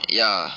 ya